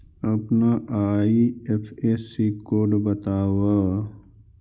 अपना IFSC code बतावअ